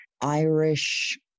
Irish